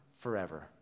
forever